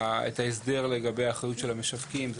את ההסדר לגבי האחריות של המשווקים.